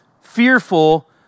fearful